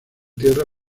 tierra